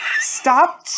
stop